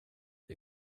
det